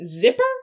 zipper